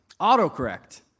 Autocorrect